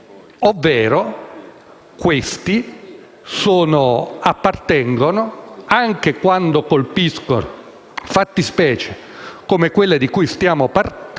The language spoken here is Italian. ovvero se questi appartengono, anche quando colpiscono fattispecie come quelle di cui stiamo parlando,